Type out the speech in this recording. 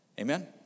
Amen